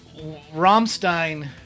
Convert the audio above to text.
Rammstein